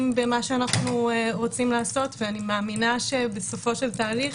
במה שאנחנו רוצים לעשות ואני מאמינה שבסופו של תהליך